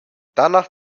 danach